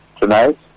tonight